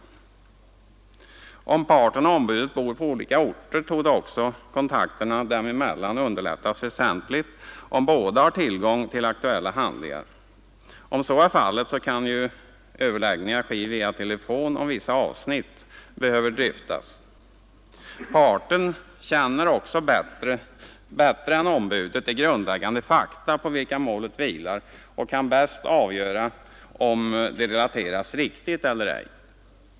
Bor de på olika orter torde också kontakterna dem emellan underlättas väsentligt, om båda har tillgång till aktuella handlingar. Då kan överläggningar ske per telefon, om vissa avsnitt behöver dryftas. Parten känner bättre än ombudet de grundläggande fakta på vilka målet vilar och kan bäst avgöra, om de relateras riktigt eller ej.